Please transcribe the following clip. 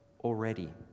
already